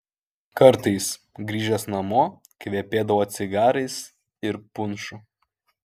kartais grįžęs namo kvepėdavo cigarais ir punšu